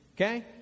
Okay